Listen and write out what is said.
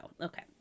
Okay